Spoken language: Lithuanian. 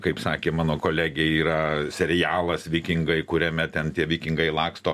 kaip sakė mano kolegė yra serialas vikingai kuriame ten tie vikingai laksto